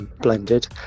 blended